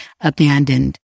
abandoned